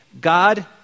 God